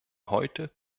heute